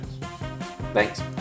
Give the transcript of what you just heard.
Thanks